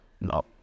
No